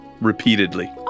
repeatedly